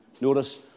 notice